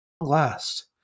last